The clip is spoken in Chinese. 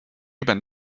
日本